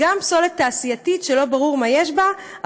התשכ"ז 1967,